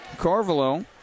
Carvalho